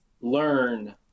learn